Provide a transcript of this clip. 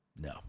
No